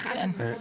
יש פה